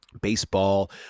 baseball